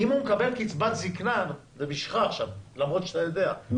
אם הוא מקבל קצבת זקנה זה בשבילך עכשיו למרות שאתה יודע - הוא